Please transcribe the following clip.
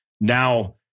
Now